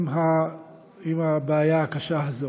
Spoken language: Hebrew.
עם הבעיה הקשה הזו.